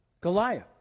Goliath